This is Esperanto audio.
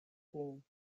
vin